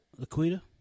Laquita